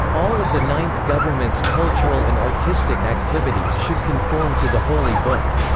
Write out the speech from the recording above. all of the ninth governments' cultural and artistic activities should conform to the holy book,